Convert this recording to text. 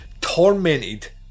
tormented